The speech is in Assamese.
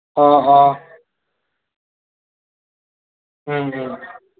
অ' অ'